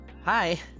Hi